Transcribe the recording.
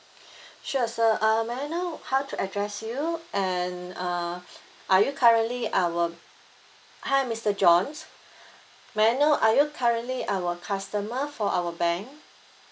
sure sir uh may I know how to address you and uh are you currently our hi mister john may I know are you currently our customer for our bank